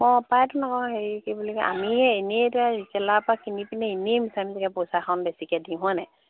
অঁ পায়তোন আকৌ হেৰি কি বুলি কয় আমিয়েই এনেই এতিয়া ৰিটেলাৰৰ পৰা কিনি পিনে এনেই মিচামিচিকে পইচাখন বেছিকে দিওঁ হয় নাই